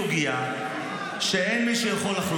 עמית, אבל מדברים פה על 30 מיליון שקל להקמה.